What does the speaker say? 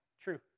True